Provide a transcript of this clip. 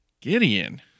Gideon